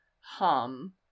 hum